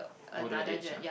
older age ah